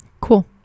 cool